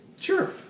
Sure